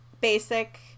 basic